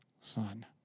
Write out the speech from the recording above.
son